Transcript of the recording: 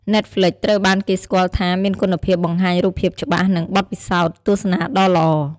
ណែតហ្ល្វិច ត្រូវបានគេស្គាល់ថាមានគុណភាពបង្ហាញរូបភាពច្បាស់ និងបទពិសោធន៍ទស្សនាដ៏ល្អ។